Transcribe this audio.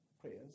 Prayers